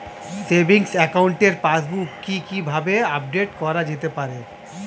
Savings একাউন্টের passbook কি কিভাবে আপডেট করা যেতে পারে?